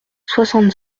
soixante